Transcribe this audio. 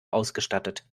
ausgestattet